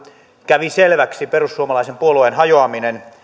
kävi selväksi perussuomalaisen puolueen hajoaminen